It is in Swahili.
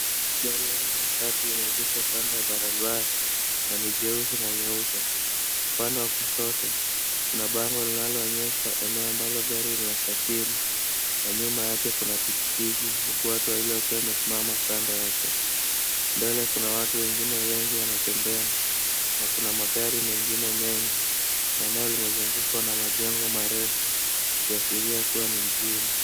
Gari aina ya matatu limeegeshwa kando ya barabara na ni jeusi na ni nyeupe. Upande wa kushoto, kuna bango linaloonyesha eneo ambalo gari la usafiri na nyuma yake kuna pikipiki huku watu wawili wakiwa wamesimama kando yake. Mbele kuna watu wengine wengi wanatembea na kuna magari mengine mengi na eneo limezungukwa na majengo marefu ikiashiria kuwa ni mjini.